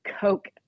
Coke